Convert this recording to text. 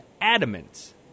adamant